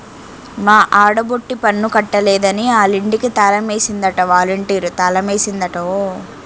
మా ఆడబొట్టి పన్ను కట్టలేదని ఆలింటికి తాలమేసిందట ఒలంటీరు తాలమేసిందట ఓ